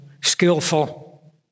skillful